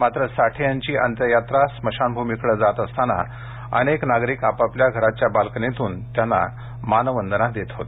मात्र साठे यांची अंत्ययात्रा स्मशानभूमीकडे जात असताना अनेक नागरिक आपापल्या घराच्या बाल्कनीतून त्यांना मानवंदना देत होते